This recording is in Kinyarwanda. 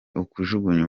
ukujugunya